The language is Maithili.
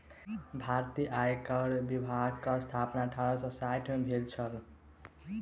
भारतीय आयकर विभाग के स्थापना अठारह सौ साइठ में भेल छल